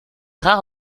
rare